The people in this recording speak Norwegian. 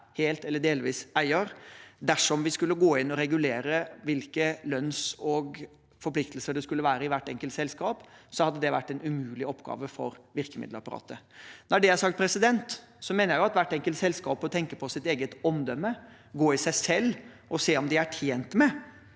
helt eller delvis eier. Dersom vi skulle gå inn og regulere hvilke lønnsforpliktelser det skulle være i hvert enkelt selskap, hadde det vært en umulig oppgave for virkemiddelapparatet. Når det er sagt, mener jeg at hvert enkelt selskap bør tenke på sitt eget omdømme, gå i seg selv og se om de er tjent med